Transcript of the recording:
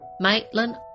Maitland